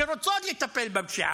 שרוצות לטפל בפשיעה.